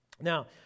Now